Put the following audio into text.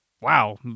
wow